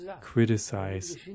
criticize